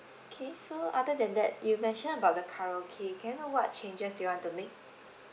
okay so other than that you mentioned about the karaoke can I know what changes you want to make